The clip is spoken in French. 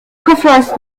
conference